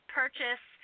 purchase